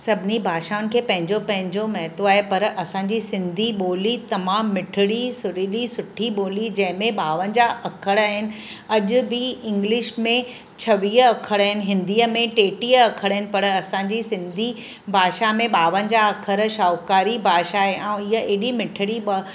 सभिनी भाषाउनि खे पंहिंजो पंहिंजो महत्व आहे पर असांजी सिंधी ॿोली तमामु मिठड़ी सुरीली सुठी ॿोली जंहिंमें ॿावंजाहु अख़र आहिनि अॼु बि इंग्लिश में छवीह अख़र आहिनि हिंदीअ में टेटीह अख़र आहिनि पर असांजी सिंधी भाषा में ॿावंजाहु अख़र शाहूकारी भाषा ऐं ईअं एॾी मिठड़ी